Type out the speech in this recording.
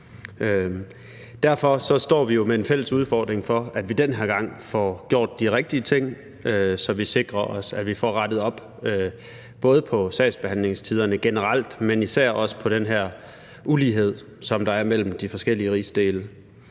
Derfor står vi jo med en fælles udfordring med, at vi den her gang får gjort de rigtige ting, så vi sikrer os, at vi får rettet op, både på sagsbehandlingstiderne generelt, men især også på den her ulighed, som der er mellem de forskellige rigsdele.